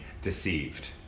deceived